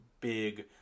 big